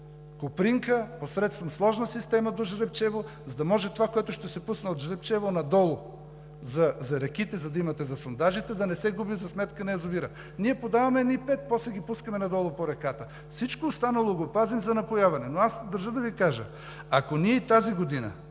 „Копринка“ посредством сложна система до „Жребчево“, за да може това, което ще се пусне от „Жребчево“ надолу за реките, да имате за сондажите, да не се губи за сметка на язовира. Ние подаваме едни пет, после ги пускаме надолу по реката. Всичко останало го пазим за напояване. Аз държа да Ви кажа обаче, че ако ние и тази година